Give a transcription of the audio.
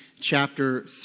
chapter